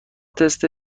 تست